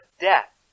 death